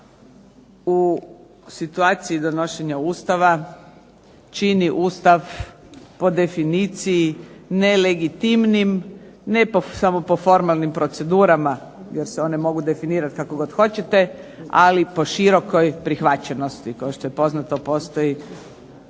u situaciji donošenja Ustava čini Ustav po definiciji nelegitimnijim, ne samo po formalnim procedurama jer se one mogu definirati kako god hoćete ali po širokoj prihvaćenosti, kao što je poznato postoji